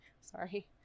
sorry